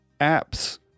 Apps